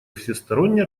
всесторонне